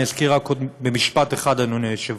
אני אזכיר במשפט אחד, אדוני היושב-ראש: